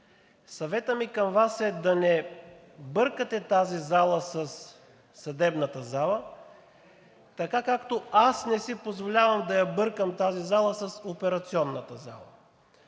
Съветът ми към Вас е да не бъркате тази зала със съдебната зала така, както аз не си позволявам да я бъркам тази зала с операционната зала.